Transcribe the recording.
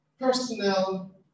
Personnel